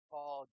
Paul